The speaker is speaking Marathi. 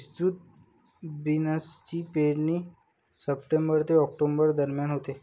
विस्तृत बीन्सची पेरणी सप्टेंबर ते ऑक्टोबर दरम्यान होते